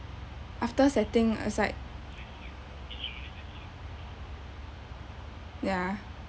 after setting aside ya